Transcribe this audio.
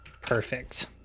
Perfect